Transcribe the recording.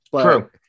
True